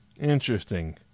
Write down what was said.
Interesting